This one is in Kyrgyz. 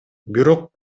бирок